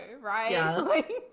right